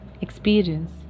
experience